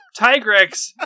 Tigrex